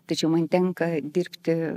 tačiau man tenka dirbti